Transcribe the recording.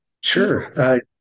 Sure